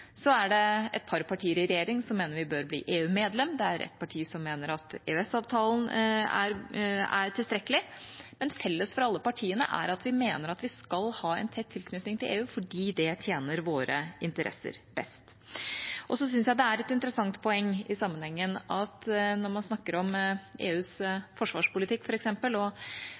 Så er det et par partier i regjering som mener vi bør bli EU-medlem, det er ett parti som mener at EØS-avtalen er tilstrekkelig, men felles for alle partiene er at vi mener at vi skal ha en tett tilknytning til EU fordi det tjener våre interesser best. Jeg synes det er et interessant poeng i sammenhengen at når man snakker om EUs forsvarspolitikk, f.eks., og